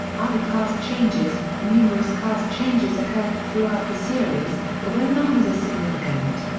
other cast changes numerous cast changes occurred throughout the series, although none was as significant.